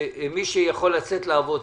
שמי שיכול לצאת לעבוד,